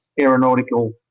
Aeronautical